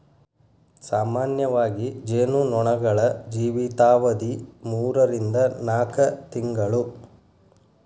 ಸಾಮಾನ್ಯವಾಗಿ ಜೇನು ನೊಣಗಳ ಜೇವಿತಾವಧಿ ಮೂರರಿಂದ ನಾಕ ತಿಂಗಳು